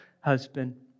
husband